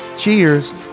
Cheers